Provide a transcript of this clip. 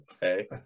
Hey